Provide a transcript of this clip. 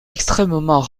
extrêmement